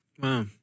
Wow